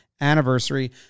anniversary